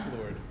lord